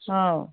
ꯍꯥꯎ